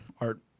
Art